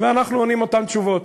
ואנחנו עונים אותן תשובות.